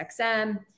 XM